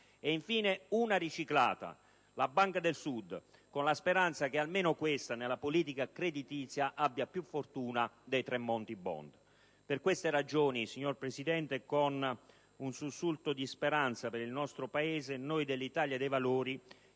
infine, una riciclata, come la Banca del Sud, con la speranza che almeno questa, nella politica creditizia, abbia più fortuna dei Tremonti *bond*. Per queste ragioni, con un sussulto di speranza per il nostro Paese, noi dell'IdV chiediamo,